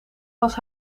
was